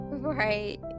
right